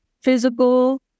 physical